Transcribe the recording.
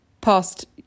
past